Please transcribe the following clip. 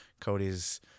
Cody's